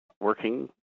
working